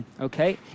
Okay